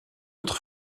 autre